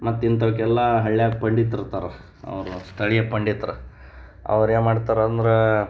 ಮತ್ತು ಇಂಥವಕ್ಕೆಲ್ಲ ಹಳ್ಯಾಗೆ ಪಂಡಿತ್ರು ಇರ್ತಾರೆ ಅವರು ಸ್ಥಳೀಯ ಪಂಡಿತರು ಅವ್ರು ಏನು ಮಾಡ್ತಾರೆ ಅಂದ್ರೆ